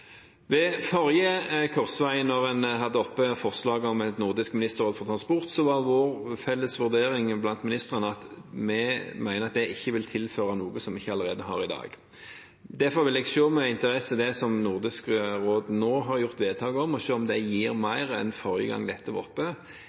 et nordisk ministerråd for transport, var vår felles vurdering blant ministrene at vi mente at det ikke ville tilføre noe som vi ikke allerede har i dag. Derfor vil jeg se med interesse på det som Nordisk råd har gjort vedtak om, og se om det gir mer nå enn forrige gang dette var oppe.